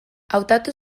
hautatu